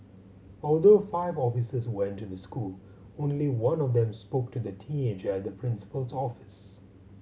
although five officers went to the school only one of them spoke to the teenager at the principal's office